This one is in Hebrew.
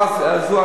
תופעה זו,